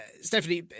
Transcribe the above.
Stephanie